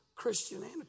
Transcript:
Christianity